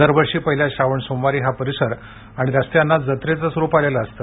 दरवर्षी पहिल्या श्रावण सोमवारी हा परिसर आणि रस्त्यांना जत्रेचे स्वरूप आलेले असते